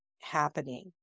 happening